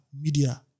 media